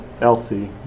Elsie